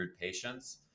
patients